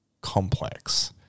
complex